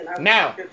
now